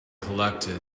collected